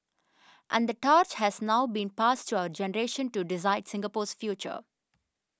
and the torch has now been passed to our generation to decide Singapore's future